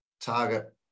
target